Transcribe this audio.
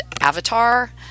Avatar